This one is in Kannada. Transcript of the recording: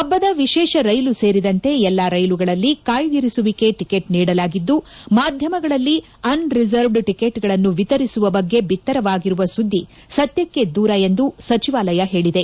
ಹಬ್ಬದ ವಿಶೇಷ ರೈಲು ಸೇರಿದಂತೆ ಎಲ್ಲಾ ರೈಲುಗಳಲ್ಲಿ ಕಾಯ್ದಿರಿಸುವಿಕೆ ಟಿಕೆಟ್ ನೀಡಲಾಗಿದ್ದು ಮಾಧ್ಯಮಗಳಲ್ಲಿ ಅನ್ರಿಸರ್ವ್ದ್ ಟಿಕೆಟ್ಗಳನ್ನು ವಿತರಿಸುವ ಬಗ್ಗೆ ಬಿತ್ತರವಾಗಿರುವ ಸುದ್ದಿ ಸತ್ಯಕ್ಕೆ ದೂರ ಎಂದು ಸಚಿವಾಲಯ ಹೇಳಿದೆ